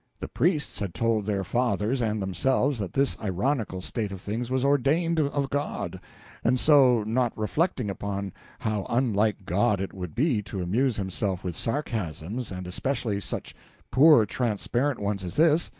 the priests had told their fathers and themselves that this ironical state of things was ordained of god and so, not reflecting upon how unlike god it would be to amuse himself with sarcasms, and especially such poor transparent ones as this,